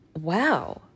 Wow